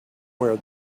where